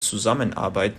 zusammenarbeit